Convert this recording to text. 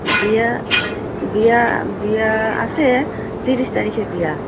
বিয়া বিয়া বিয়া আছে ত্ৰিছ তাৰিখে বিয়া